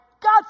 God